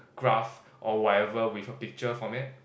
graph or whatever with a picture format